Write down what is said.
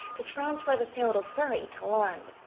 to transfer the sewol-ho ferry to land.